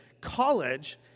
college